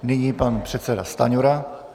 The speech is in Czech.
Nyní pan předseda Stanjura.